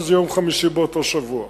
שזה יום חמישי באותו שבוע.